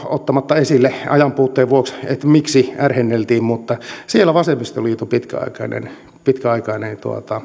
ottamatta esille ajanpuutteen vuoksi miksi ärhenneltiin siellä puhui vasemmistoliiton pitkäaikainen pitkäaikainen